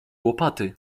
łopaty